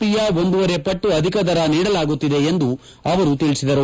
ಪಿಯ ಒಂದೂವರೆ ಪಟ್ಲು ಅಧಿಕ ದರ ನೀಡಲಾಗುತ್ತಿದೆ ಎಂದು ತಿಳಿಸಿದರು